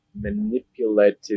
manipulative